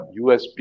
USB